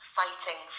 fighting